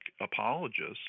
apologists